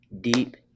deep